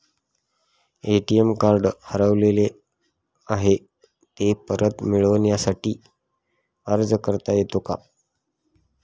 ATM card हरवले आहे, ते परत मिळण्यासाठी अर्ज करता येतो का?